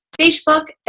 Facebook